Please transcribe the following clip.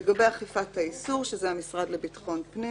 לגבי אכיפת האיסור שזה המשרד לביטחון פנים